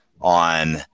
on